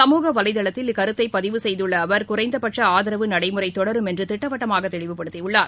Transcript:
சமூக வலைதளத்தில் இக்கருத்தைபதிவு செய்துள்ளஅவர் குறைந்தபட்சஆதரவு நடைமுறைதொடரும் என்றுதிட்டவட்டமாகதெளிவுபடுத்தியுள்ளார்